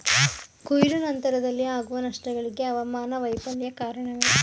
ಕೊಯ್ಲು ನಂತರದಲ್ಲಿ ಆಗುವ ನಷ್ಟಗಳಿಗೆ ಹವಾಮಾನ ವೈಫಲ್ಯ ಕಾರಣವೇ?